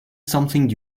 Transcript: something